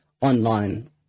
online